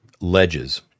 ledges